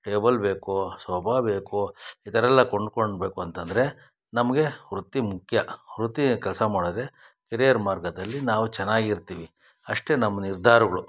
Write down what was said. table ಬೇಕು sofa ಬೇಕು ಈ ಥರಯೆಲ್ಲ ಕೊಂಡ್ಕೊಂಡಬೇಕು ಅಂತಂದರೆ ನಮಗೆ ವೃತ್ತಿ ಮುಖ್ಯ ವೃತ್ತಿಯ ಕೆಲಸ ಮಾಡಿದ್ರೆ ಹಿರಿಯರ ಮಾರ್ಗದಲ್ಲಿ ನಾವು ಚೆನ್ನಾಗಿರ್ತೀವಿ ಅಷ್ಟೇ ನಮ್ಮ ನಿರ್ಧಾರಗಳು